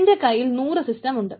എൻറെ കയ്യിൽ 100 സിസ്റ്റം ഉണ്ട്